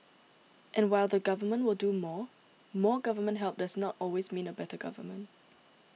and while the Government will do more more government help does not always mean a better government